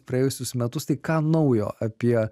praėjusius metus tai ką naujo apie